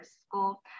school